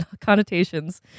connotations